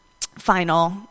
final